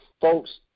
folks